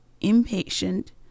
impatient